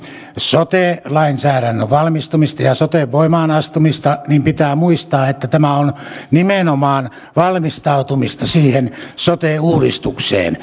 sote lainsäädännön valmistumista ja soten voimaan astumista niin pitää muistaa että tämä on nimenomaan valmistautumista siihen sote uudistukseen